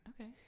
okay